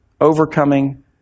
overcoming